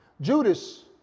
Judas